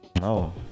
no